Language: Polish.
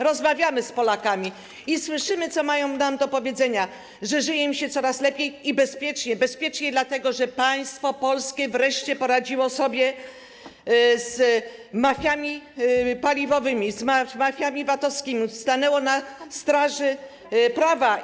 Rozmawiamy z Polakami i słyszymy, co mają nam do powiedzenia, że żyje im się coraz lepiej i bezpieczniej, bezpieczniej dlatego, że państwo polskie wreszcie poradziło sobie z mafiami paliwowymi, z mafiami VAT-owskimi, stanęło na straży prawa.